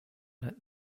let